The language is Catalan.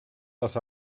les